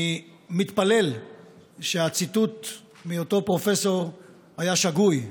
מתפלל שהציטוט מאותו פרופסור היה שגוי.